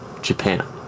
Japan